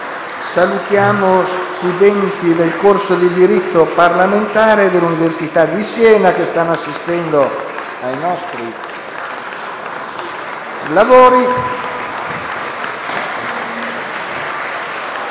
Salutiamo gli studenti del corso di diritto parlamentare dell'Università di Siena, che stanno assistendo ai nostri lavori.